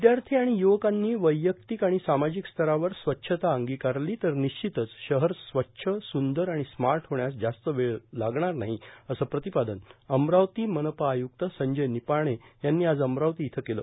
विदयार्थी आणि य्वकांनी वैयक्तिक आणि सामाजिक स्तरावर स्वच्छता अंगीकारली तर निशिचितच शहर् स्वच्छ सुदंर आणि स्मार्ट होण्यास जास्त वेळ लागणार नाही असे प्रतिपादन अमरावतीचे मनपा आयुक्त संजय निपाणे यांनी आज अमरावती इथं केले